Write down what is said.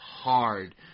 hard